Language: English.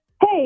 Hey